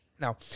Now